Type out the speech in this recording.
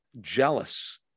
jealous